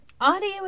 Audio